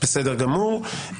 בסדר גמור.